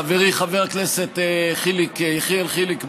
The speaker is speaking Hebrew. חברי חבר הכנסת יחיאל חיליק בר,